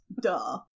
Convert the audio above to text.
Duh